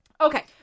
Okay